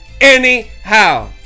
anyhow